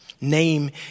Name